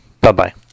Bye-bye